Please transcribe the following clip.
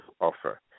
offer